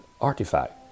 artifact